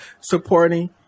supporting